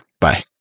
Bye